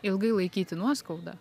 ilgai laikyti nuoskaudą